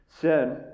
Sin